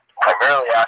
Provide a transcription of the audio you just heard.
primarily